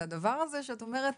את הדבר הזה שאת אומרת,